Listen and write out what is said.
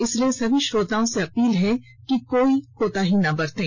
इसलिए सभी श्रोताओं से अपील है कि कोई भी कोताही ना बरतें